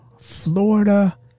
Florida